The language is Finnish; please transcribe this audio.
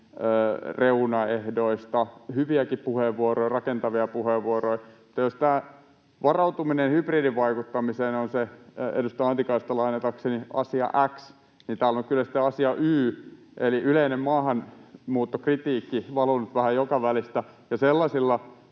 reunaehdoista, hyviäkin puheenvuoroja, rakentavia puheenvuoroja. Mutta jos tämä varautuminen hybridivaikuttamiseen on edustaja Antikaista lainatakseni se asia X, niin täällä on kyllä sitten asia Y eli yleinen maahanmuuttokritiikki valunut vähän joka välistä, ja sellaisilla